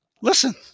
listen